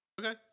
Okay